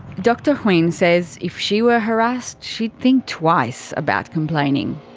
dr huynh says if she were harassed, she'd think twice about complaining.